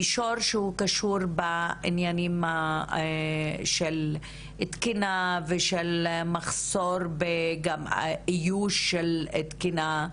מישור שקשור בעניינים של תקינה ושל מחסור באיוש של תקינה,